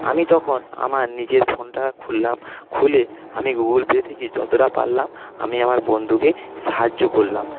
আমি তখন আমার নিজের ফোনটা খুললাম খুলে আমি গুগুল পে থেকে যতটা পারলাম আমি আমার বন্ধুকে সাহায্য করলাম